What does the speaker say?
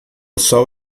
sol